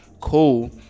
Cool